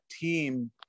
team